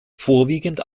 vorwiegend